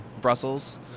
Brussels